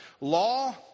Law